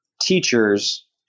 teachers